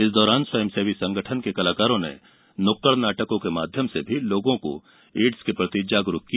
इस दौरान स्वयंसेवी संगठन के कलाकारों ने नुक्कड़ नाटकों के माध्यम से लोगों को एड़स के प्रति जागरुक किया